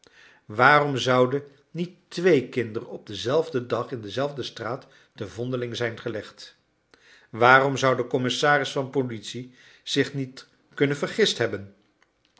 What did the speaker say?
waarom zouden niet twee kinderen op denzelfden dag in dezelfde straat te vondeling zijn gelegd waarom zou de commissaris van politie zich niet kunnen vergist hebben